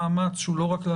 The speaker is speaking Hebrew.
זה הכול מצידי.